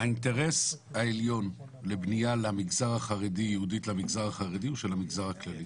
האינטרס העליון לבנייה למגזר החרדי הוא של המגזר הכללי.